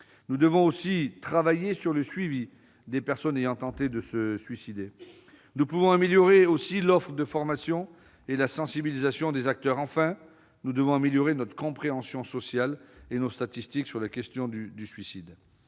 Nous devons aussi travailler sur le suivi des personnes ayant tenté de se suicider et améliorer l'offre de formation et la sensibilisation des acteurs. Enfin, il nous faut affiner notre compréhension sociale et nos statistiques sur la question du suicide.